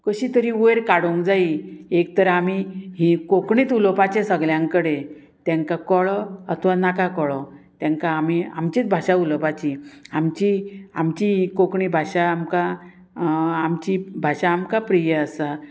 कशी तरी वयर काडूंक जायी एक तर आमी ही कोंकणीत उलोवपाचे सगल्यां कडे तेंकां कळो अत नाका कळो तेंका आमी आमचीच भाशा उलोवपाची आमची आमची कोंकणी भाशा आमकां आमची भाशा आमकां प्रिय आसा